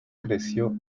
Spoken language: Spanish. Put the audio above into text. creció